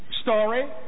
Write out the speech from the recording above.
story